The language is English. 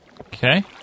Okay